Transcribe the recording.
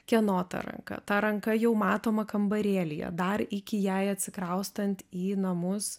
kieno ta ranka ta ranka jau matoma kambarėlyje dar iki jai atsikraustant į namus